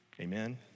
Amen